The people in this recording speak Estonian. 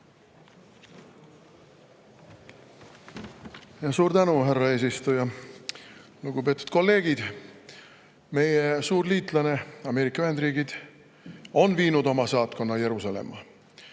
Suur tänu, härra eesistuja! Lugupeetud kolleegid! Meie suur liitlane Ameerika Ühendriigid on viinud oma saatkonna Jeruusalemma.